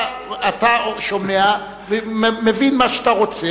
אתה שומע ומבין מה שאתה רוצה.